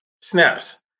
snaps